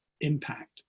impact